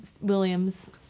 Williams